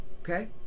okay